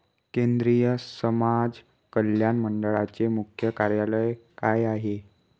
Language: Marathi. केंद्रिय समाज कल्याण मंडळाचे मुख्य कार्य काय आहे?